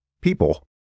people